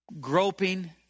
groping